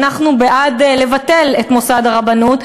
אנחנו בעד לבטל את מוסד הרבנות,